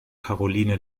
karoline